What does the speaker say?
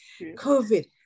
COVID